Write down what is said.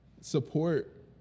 support